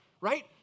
right